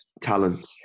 talent